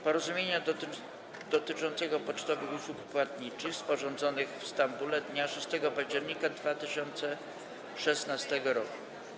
Porozumienia dotyczącego pocztowych usług płatniczych, sporządzonych w Stambule dnia 6 października 2016 r.